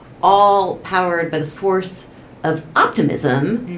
all powered by the force of optimism,